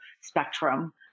spectrum